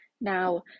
now